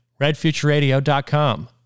redfutureradio.com